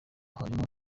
harimo